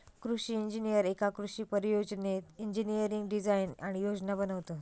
कृषि इंजिनीयर एका कृषि परियोजनेत इंजिनियरिंग डिझाईन आणि योजना बनवतत